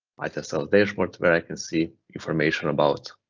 item sales dashboard where i can see information about